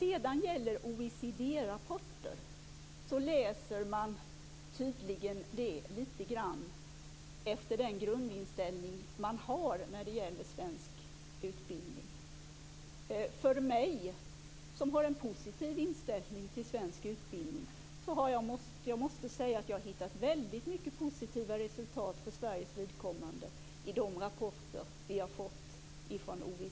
OECD-rapporter läser man tydligen efter den grundinställning man har när det gäller svensk utbildning. Jag, som har en positiv inställning till svensk utbildning, har hittat väldigt mycket positiva resultat för Sveriges vidkommande i de rapporter som vi har fått från OECD.